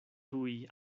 tuj